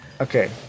Okay